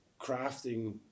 crafting